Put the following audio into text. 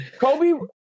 Kobe